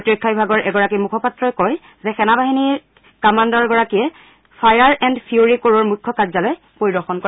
প্ৰতিৰক্সা বিভাগৰ এগৰাকী মুখপাত্ৰই কয় যে সেনাবাহিনীক কামাণ্ডৰ গৰাকীয়ে ফায়াৰ এণ্ড ফিউৰী ক'ৰৰ মুখ্য কাৰ্যালয় পৰিদৰ্শন কৰে